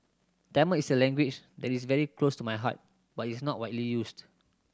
Tamil is a language that is very close to my heart but it's not widely used